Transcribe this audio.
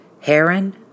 Heron